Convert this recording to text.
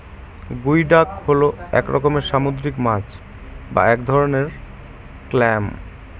গুই ডাক হল এক রকমের সামুদ্রিক মাছ বা এক ধরনের ক্ল্যাম